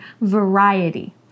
Variety